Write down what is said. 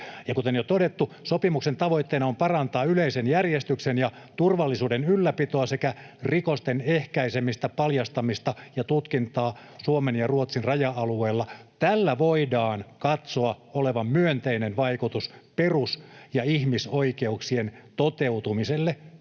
Kuten jo todettu, sopimuksen tavoitteena on parantaa yleisen järjestyksen ja turvallisuuden ylläpitoa sekä rikosten ehkäisemistä, paljastamista ja tutkintaa Suomen ja Ruotsin raja-alueella. Tällä voidaan katsoa olevan myönteinen vaikutus perus- ja ihmisoikeuksien toteutumiselle